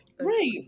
right